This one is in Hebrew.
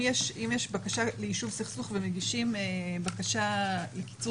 כי אם יש בקשה ליישוב סכסוך ומגישים בקשה לקיצור